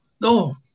No